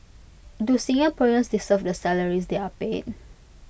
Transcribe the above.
do Singaporeans deserve the salaries they are paid